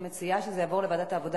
שזה יעבור לוועדת העבודה,